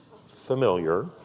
familiar